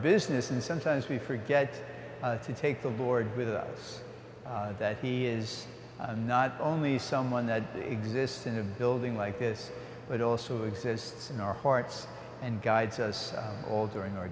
business and sometimes we forget to take the board with us that he is not only someone that exists in a building like this but also exists in our hearts and guides us all during our